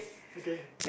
okay